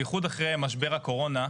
בייחוד אחרי משבר הקורונה,